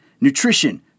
nutrition